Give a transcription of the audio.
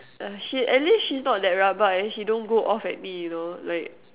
uh she at least she's not that rabak and she don't go off at me you know like